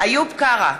איוב קרא,